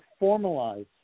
formalize